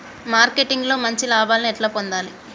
Marketing లో మంచి లాభాల్ని ఎట్లా పొందాలి?